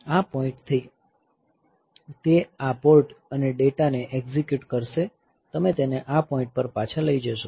આ પોઈન્ટ થી તે આ પોર્ટ અને ડેટા ને એક્ઝિક્યુટ કરશે તમે તેને આ પોઈન્ટ પર પાછા લઈ જશો